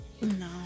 no